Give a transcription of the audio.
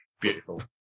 beautiful